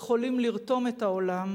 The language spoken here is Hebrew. יכולים לרתום את העולם